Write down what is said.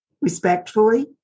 respectfully